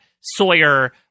Sawyer